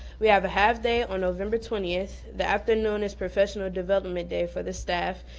we have a half-day on november twentieth, the afternoon is professional development day for the staff.